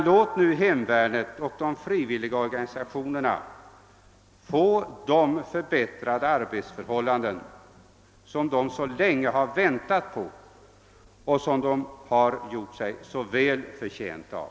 Låt hemvärnet och frivilligorganisationerna nu få de förbättrade arbetsförhållanden som de så länge väntat på och som de så väl gjort sig förtjänta av.